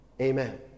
amen